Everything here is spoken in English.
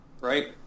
Right